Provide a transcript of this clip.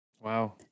Wow